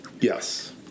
Yes